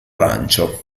arancio